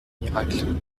miracles